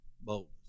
Boldness